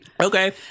Okay